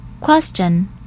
Question